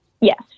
Yes